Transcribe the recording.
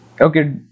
okay